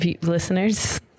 listeners